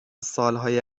سالهای